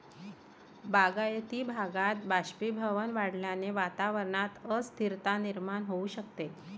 बागायती भागात बाष्पीभवन वाढल्याने वातावरणात अस्थिरता निर्माण होऊ शकते